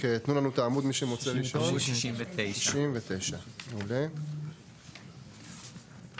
עמוד 69. מוסיפים ל-61, סעיף קטן (ג) ו-(ד).